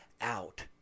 out